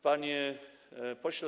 Panie Pośle!